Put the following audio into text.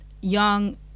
young